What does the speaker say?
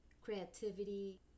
creativity